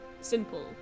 simple